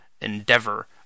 endeavor